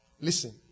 listen